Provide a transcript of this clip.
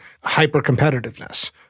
hyper-competitiveness